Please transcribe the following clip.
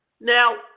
Now